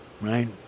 right